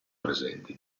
presenti